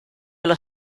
alla